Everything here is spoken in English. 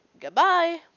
goodbye